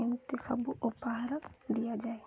ଏମିତି ସବୁ ଉପହାର ଦିଆଯାଏ